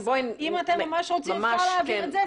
אז אם אתם ממש רוצים אפשר להעביר את זה,